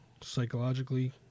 psychologically